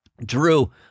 Drew